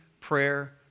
prayer